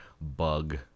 bug